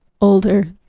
older